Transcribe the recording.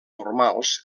formals